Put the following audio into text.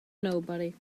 nobody